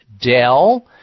Dell